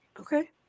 okay